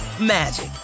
magic